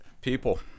People